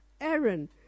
Aaron